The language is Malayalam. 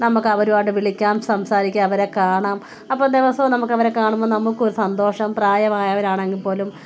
നമുക്കവരുമായിട്ടു വിളിക്കാം സംസാരിക്കാം അവരെ കാണാം അപ്പോൾ ദിവസവും നമുക്കവരെ കാണുമ്പോൾ നമുക്കൊരു സന്തോഷം പ്രായമായവരാണെങ്കിൽ പോലും